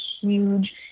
huge